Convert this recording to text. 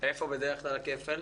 איפה בדרך כלל הכפל?